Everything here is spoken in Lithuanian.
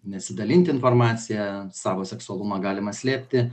nesidalint informacija savo seksualumą galima slėpti